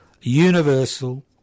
universal